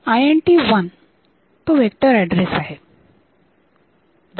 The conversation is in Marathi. INT1 तो वेक्टर ऍड्रेसआहे 0013